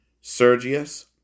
Sergius